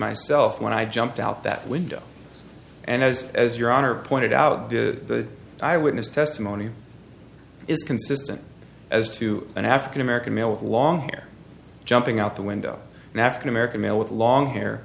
myself when i jumped out that window and as as your honor pointed out the eyewitness testimony is consistent as to an african american male with long hair jumping out the window and african american male with long hair